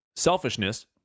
selfishness